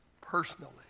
personally